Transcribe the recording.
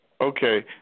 Okay